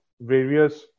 various